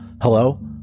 Hello